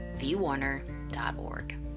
vwarner.org